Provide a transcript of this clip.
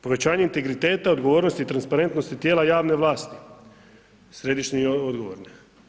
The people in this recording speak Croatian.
Povećanje integriteta, odgovornosti i transparentnosti tijela javne vlasti, središnje i odgovorne.